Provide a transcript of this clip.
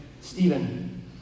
Stephen